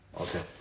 Okay